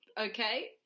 Okay